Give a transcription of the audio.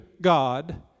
God